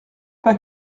pas